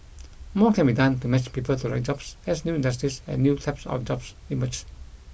more can be done to match people to the right jobs as new industries and new types of jobs emerge